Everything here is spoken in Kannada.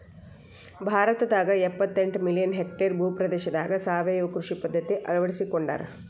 ಭಾರತದಾಗ ಎಪ್ಪತೆಂಟ ಮಿಲಿಯನ್ ಹೆಕ್ಟೇರ್ ಭೂ ಪ್ರದೇಶದಾಗ ಸಾವಯವ ಕೃಷಿ ಪದ್ಧತಿ ಅಳ್ವಡಿಸಿಕೊಂಡಾರ